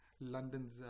london's